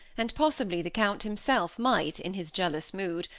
and possibly the count himself might, in his jealous mood,